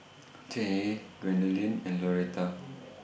Cheyenne Gwendolyn and Loretta